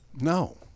No